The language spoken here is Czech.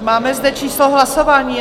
Máme zde číslo hlasování?